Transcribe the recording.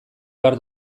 behar